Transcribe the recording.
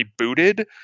rebooted